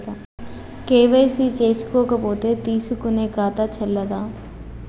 KYC చేసుకోకపోతే తీసుకునే ఖాతా చెల్లదా?